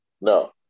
No